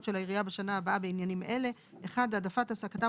של העיריה בשנה הבאה בעניינים אלה: העדפת העסקתם